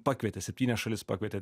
pakvietė septynias šalis pakvietė